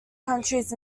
counties